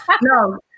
no